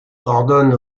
ordonne